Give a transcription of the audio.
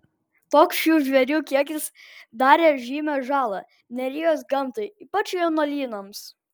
toks šių žvėrių kiekis darė žymią žalą nerijos gamtai ypač jaunuolynams